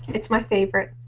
it's my favorite.